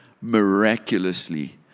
miraculously